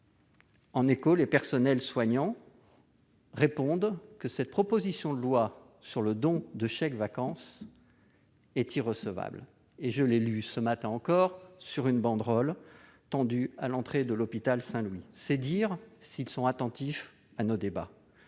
En écho, les personnels soignants répondent que cette proposition de loi sur le don de chèques-vacances est irrecevable, comme j'ai encore pu le lire ce matin sur une banderole tendue à l'entrée de l'hôpital Saint-Louis. C'est dire s'ils sont attentifs à nos débats